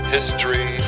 History